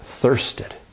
thirsted